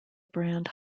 brand